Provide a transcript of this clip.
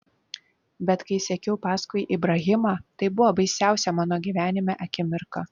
bet kai sekiau paskui ibrahimą tai buvo baisiausia mano gyvenime akimirka